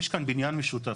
יש כאן בניין משותף.